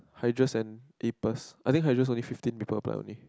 hydras and I think hydras only fifteen people apply only